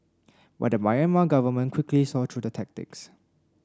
but the Myanmar government quickly saw through the tactics